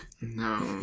No